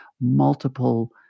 multiple